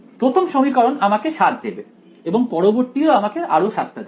প্রথম সমীকরণ আমাকে 7 দেবে এবং পরবর্তী ও আমাকে আরো 7 টা দেবে